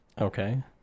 Okay